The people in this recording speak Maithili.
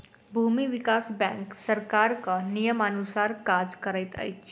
भूमि विकास बैंक सरकारक नियमानुसार काज करैत छै